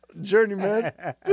journeyman